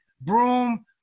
broom